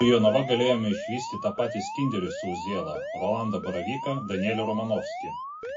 su jonava galėjome išvysti tą patį skinderį su uzėla rolandą baravyką danielį romanovskį